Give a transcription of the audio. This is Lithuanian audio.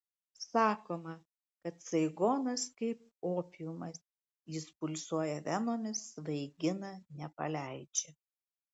sakoma kad saigonas kaip opiumas jis pulsuoja venomis svaigina nepaleidžia